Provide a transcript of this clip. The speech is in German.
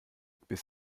bis